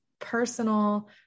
personal